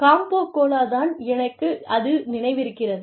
combo cola தான் எனக்கு அது நினைவிருக்கிறது